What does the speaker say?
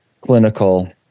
clinical